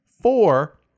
Four